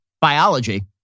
biology